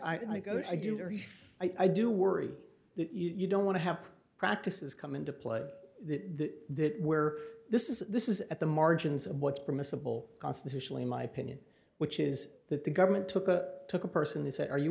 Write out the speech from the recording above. i go i do i do worry you don't want to have practices come into play that where this is this is at the margins of what's permissible constitutionally my opinion which is that the government took a took a person he said are you